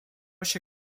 się